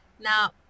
Now